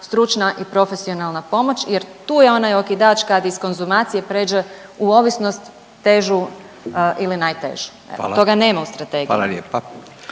stručna i profesionalna pomoć jer tu je onaj okidač kad iz konzumacije pređe u ovisnost težu ili najtežu. …/Upadica Radin: